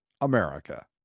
America